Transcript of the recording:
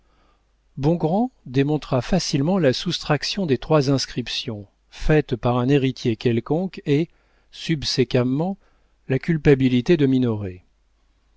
bongrand démontra facilement la soustraction des trois inscriptions faite par un héritier quelconque et subséquemment la culpabilité de minoret